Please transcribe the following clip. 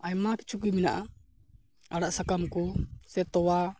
ᱟᱭᱢᱟ ᱠᱤᱪᱷᱩᱜᱮ ᱢᱮᱱᱟᱜᱼᱟ ᱟᱲᱟᱜᱼᱥᱟᱠᱟᱢ ᱠᱚ ᱥᱮ ᱛᱳᱣᱟ